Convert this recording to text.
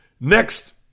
next